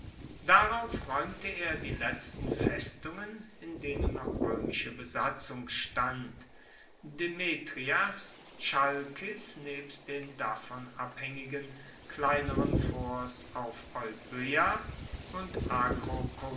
darauf raeumte er die letzten festungen in denen noch roemische besatzung stand demetrias chalkis nebst den davon abhaengigen kleineren forts auf euboea und